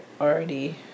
already